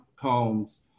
Combs